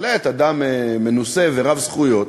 בהחלט אדם מנוסה ורב-זכויות,